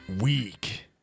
Week